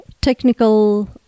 technical